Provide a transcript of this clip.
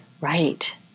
Right